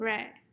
Right